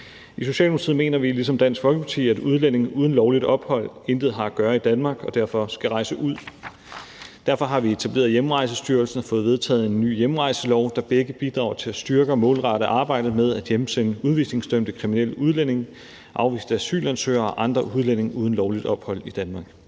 I Socialdemokratiet mener vi ligesom Dansk Folkeparti, at udlændinge uden lovligt ophold intet har at gøre i Danmark og derfor skal rejse ud. Derfor har vi etableret Hjemrejsestyrelsen og fået vedtaget en ny hjemrejselov, og begge dele bidrager til at styrke og målrette arbejdet med at hjemsende udvisningsdømte kriminelle udlændinge, afviste asylansøgere og andre udlændinge uden lovligt ophold i Danmark.